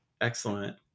Excellent